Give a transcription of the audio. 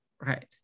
right